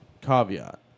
caveat